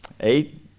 eight